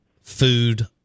food